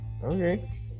okay